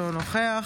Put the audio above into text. אינו נוכח